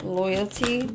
loyalty